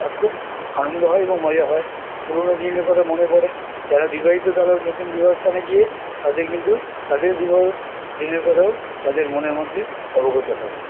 খুব আনন্দ হয় এবং মজা হয় পুরোনো দিনের কথা মনে পড়ে যারা বিবাহিত তারা নতুন বিবাহস্থানে গিয়ে তাদের কিন্তু তাদের বিবাহ দিনের কথাও তাদের মনের মধ্যে অবগত হয়